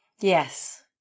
yes